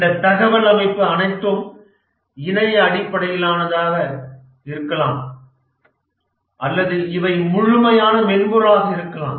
இந்த தகவல் அமைப்பு அனைத்தும் இணைய அடிப்படையிலானதாக இருக்கலாம் அல்லது இவை முழுமையான மென்பொருளாக இருக்கலாம்